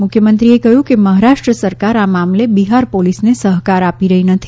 મુખ્યમંત્રીએ કહ્યું કે મહારાષ્ટ્ર સરકાર આ મામલે બિહાર પોલીસને સહકાર આપી રહી નથી